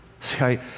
See